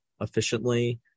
efficiently